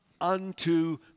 unto